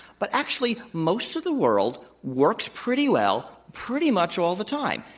but actually most of the world works pretty well pretty much all the time.